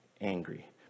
angry